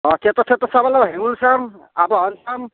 অঁ থিয়েটাৰ চিয়েটাৰ চাব লাগিব হেঙুল চাম আৱাহন চাম